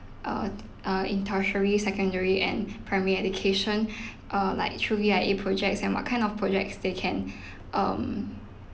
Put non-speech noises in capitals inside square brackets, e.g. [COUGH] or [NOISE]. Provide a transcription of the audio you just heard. uh uh in tertiary secondary and primary education [BREATH] or like through V_I_A projects and what kind of projects they can [BREATH] um